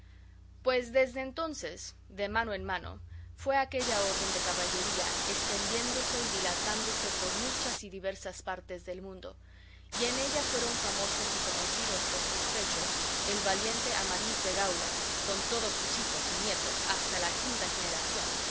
pues desde entonces de mano en mano fue aquella orden de caballería estendiéndose y dilatándose por muchas y diversas partes del mundo y en ella fueron famosos y conocidos por sus fechos el valiente amadís de gaula con todos sus hijos y nietos hasta la quinta generación